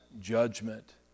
judgment